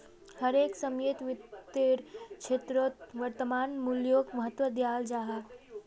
हर एक समयेत वित्तेर क्षेत्रोत वर्तमान मूल्योक महत्वा दियाल जाहा